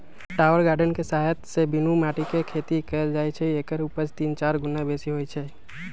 tower garden कें सहायत से बीनु माटीके खेती कएल जाइ छइ एकर उपज तीन चार गुन्ना बेशी होइ छइ